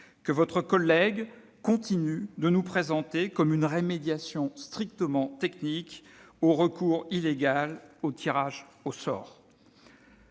que votre collègue continue de nous présenter comme une remédiation strictement technique au recours illégal au tirage au sort.